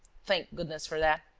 thank goodness for that!